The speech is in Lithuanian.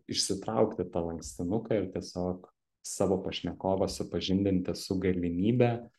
išsitraukti tą lankstinuką ir tiesiog savo pašnekovą supažindinti su galimybe